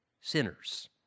sinners